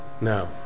now